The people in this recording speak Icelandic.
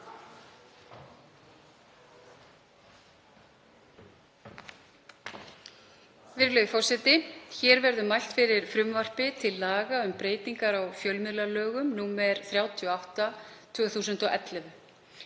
Hér verður mælt fyrir frumvarpi til laga um breytingu á fjölmiðlalögum, nr. 38/2011.